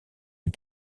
les